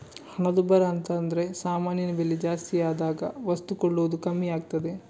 ಹಣದುಬ್ಬರ ಅಂತದ್ರೆ ಸಾಮಾನಿನ ಬೆಲೆ ಜಾಸ್ತಿ ಆದಾಗ ವಸ್ತು ಕೊಳ್ಳುವುದು ಕಮ್ಮಿ ಆಗ್ತದೆ